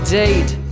date